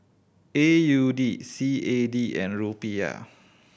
A U D C A D and Rupiah